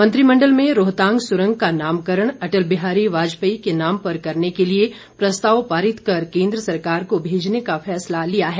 मंत्रिमंडल में रोहतांग सुरंग का नामकरण अटल बिहारी वाजपेयी के नाम पर करने के लिए प्रस्ताव पारित कर केंद्र सरकार को भेजने का फैसला लिया है